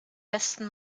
besten